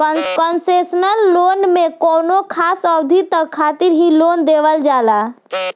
concessional loan में कौनो खास अवधि तक खातिर ही लोन देवल जाला